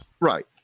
Right